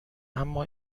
اما